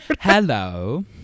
hello